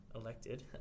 elected